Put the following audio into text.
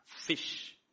fish